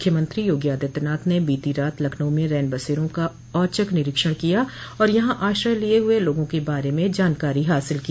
मुख्यमंत्री योगी आदित्यनाथ ने बीती रात लखनऊ में रैन बसेरों का औचक निरीक्षण किया और यहां आश्रय लिये हए लोगों के बारे में जानकारी हासिल की